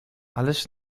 ależ